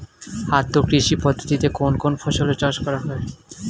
আদ্র কৃষি পদ্ধতিতে কোন কোন ফসলের চাষ করা হয়?